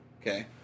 Okay